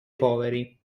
poveri